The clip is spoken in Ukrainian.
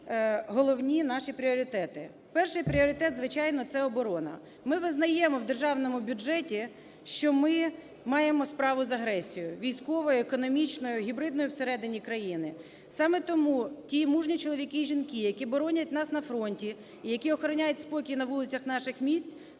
головні наші пріоритети. Перший пріоритет, звичайно, це оборона. Ми визнаємо в Державному бюджеті, що ми маємо справу з агресією військовою, економічною, гібридною всередині країни. Саме тому ті мужні чоловіки і жінки, які боронять нас на фронті і які охороняють спокій на вулицях наших міст,